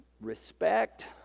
respect